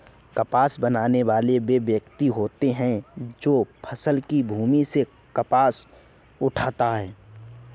कपास बीनने वाला वह व्यक्ति होता है जो फसल की भूमि से कपास उठाता है